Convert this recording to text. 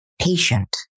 patient